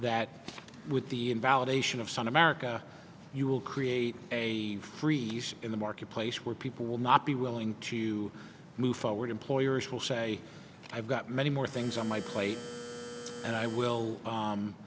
that with the invalidation of sun america you will create a freeze in the marketplace where people will not be willing to move forward employers will say i've got many more things on my plate and i will